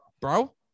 bro